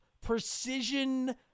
precision